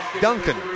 Duncan